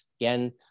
Again